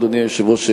אדוני היושב-ראש,